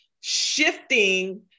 shifting